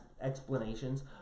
explanations